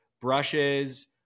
brushes